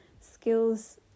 skills